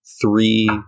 three